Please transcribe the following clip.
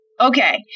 Okay